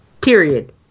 Period